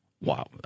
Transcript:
Wow